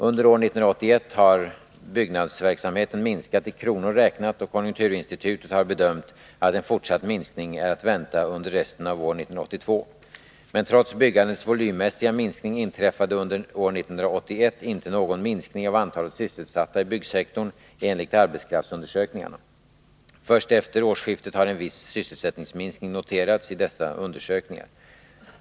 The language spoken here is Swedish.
Under år 1981 har byggnadsverksamheten minskat i kronor räknat, och konjunkturinstitutet har bedömt att en fortsatt minskning är att vänta under resten av år 1982. Men trots byggandets volymmässiga minskning inträffade under år 1981 inte någon minskning av antalet sysselsatta i byggsektorn enligt arbetskraftsundersökningarna. Först efter årsskiftet har en viss sysselsättningsminskning noterats i dessa undersökningar.